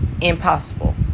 impossible